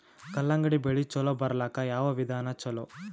ಕಲ್ಲಂಗಡಿ ಬೆಳಿ ಚಲೋ ಬರಲಾಕ ಯಾವ ವಿಧಾನ ಚಲೋ?